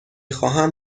خواهم